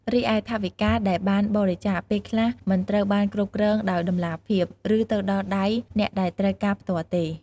រីឯ ថវិកាដែលបានបរិច្ចាគពេលខ្លះមិនត្រូវបានគ្រប់គ្រងដោយតម្លាភាព ឬទៅដល់ដៃអ្នកដែលត្រូវការផ្ទាល់ទេ។